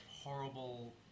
horrible